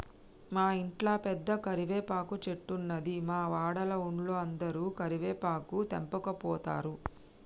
మా ఇంట్ల పెద్ద కరివేపాకు చెట్టున్నది, మా వాడల ఉన్నోలందరు కరివేపాకు తెంపకపోతారు